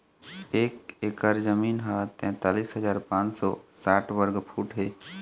एक एकर जमीन ह तैंतालिस हजार पांच सौ साठ वर्ग फुट हे